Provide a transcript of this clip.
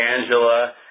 Angela